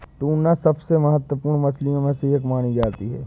tuna सबसे महत्त्वपूर्ण मछलियों में से एक मानी जाती है